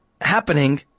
happening